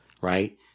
right